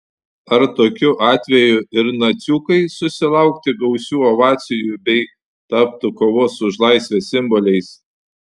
ar tokiu atveju ir naciukai susilaukti gausių ovacijų bei taptų kovos už laisvę simboliais